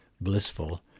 blissful